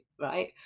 right